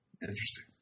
Interesting